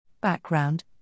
Background